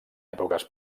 èpoques